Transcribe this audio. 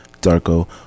darko